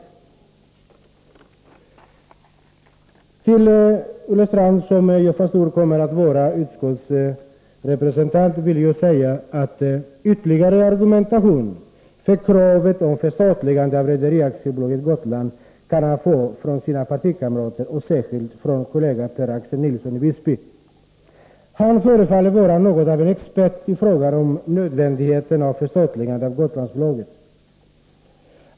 Till Olle Östrand, som vid ett förstatligande av Gotlandsbolaget kommer att vara utskottets representant i dess styrelse, vill jag säga att ytterligare argument för kravet på ett förstatligande kan han få från sina partikamrater och särskilt från kollegan Per-Axel Nilsson i Visby. Han förefaller vara något av en expert i frågan om nödvändigheten av ett förstatligande av Gotlandsbolaget.